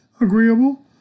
agreeable